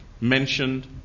mentioned